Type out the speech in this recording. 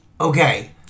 Okay